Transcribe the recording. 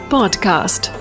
Podcast